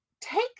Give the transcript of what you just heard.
Take